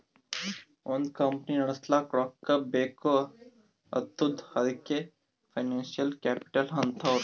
ಒಂದ್ ಕಂಪನಿ ನಡುಸ್ಲಾಕ್ ರೊಕ್ಕಾ ಬೇಕ್ ಆತ್ತುದ್ ಅದಕೆ ಫೈನಾನ್ಸಿಯಲ್ ಕ್ಯಾಪಿಟಲ್ ಅಂತಾರ್